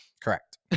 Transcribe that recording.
correct